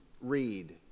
read